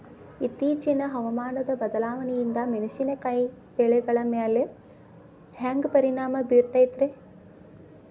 ಇತ್ತೇಚಿನ ಹವಾಮಾನ ಬದಲಾವಣೆಯಿಂದ ಮೆಣಸಿನಕಾಯಿಯ ಬೆಳೆಗಳ ಮ್ಯಾಲೆ ಹ್ಯಾಂಗ ಪರಿಣಾಮ ಬೇರುತ್ತೈತರೇ?